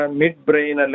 midbrain